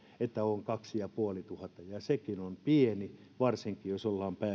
että on kaksituhattaviisisataa ja sekin on pieni varsinkin jos